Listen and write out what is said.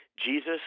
Jesus